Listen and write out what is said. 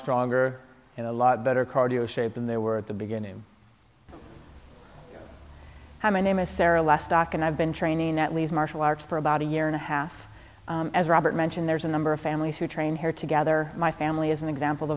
stronger and a lot better cardio shape than they were at the beginning hi my name is sarah last doc and i've been training at least martial arts for about a year and a half as robert mentioned there's a number of families who train here together my family is an example